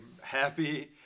happy